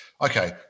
Okay